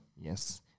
Yes